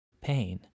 pain